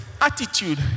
attitude